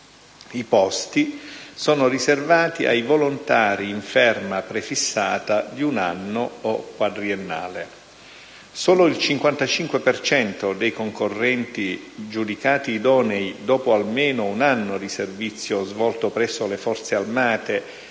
I posti sono riservati ai volontari in ferma prefissata di un anno o quadriennale. Solo il 55 per cento dei concorrenti giudicati idonei dopo almeno un anno di servizio svolto presso le Forze armate